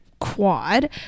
Quad